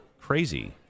crazy